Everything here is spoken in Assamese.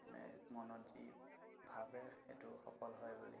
মানে মনত যি ভাবে সেইটো সফল হয় বুলি